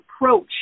approach